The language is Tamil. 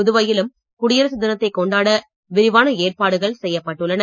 புதுவையிலும் குடியரசு தினத்தை கொண்டாட விரிவான ஏற்பாடுகள் செய்யப்பட்டுள்ளன